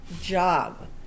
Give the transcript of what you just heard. job